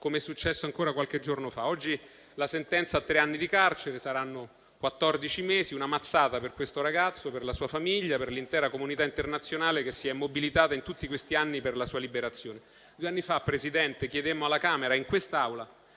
com'è successo ancora qualche giorno fa. Oggi la sentenza a tre anni di carcere - saranno quattordici mesi - una mazzata per questo ragazzo, per la sua famiglia e per l'intera comunità internazionale che si è mobilitata in tutti questi anni per la sua liberazione. Due anni fa, Presidente, chiedemmo sia alla Camera dei